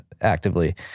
actively